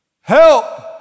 help